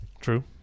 True